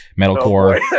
metalcore